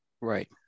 Right